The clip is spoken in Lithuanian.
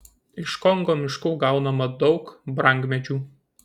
iš kongo miškų gaunama daug brangmedžių